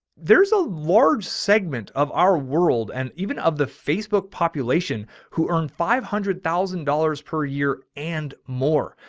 there's a large segment of our world. and even of the facebook population who earned five hundred thousand dollars per year and more,